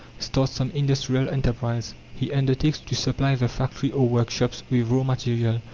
starts some industrial enterprise he undertakes to supply the factory or workshops with raw material,